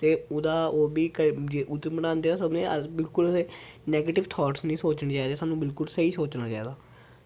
ते ओह्दा ओह् बी उत्थै बनांदे समें अस बिल्कुल नेगैटिव थॉट्स निं सोचने चाहिदे सानू बिलकुल स्हेई सोचना चाहिदा